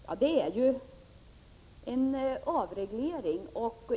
Men det är ju en avreglering!